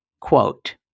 Quote